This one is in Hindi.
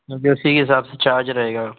तो फिर उसी के हिसाब से चार्ज रहेगा